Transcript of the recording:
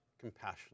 compassion